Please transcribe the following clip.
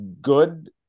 good